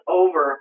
over